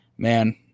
Man